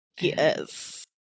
Yes